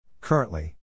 Currently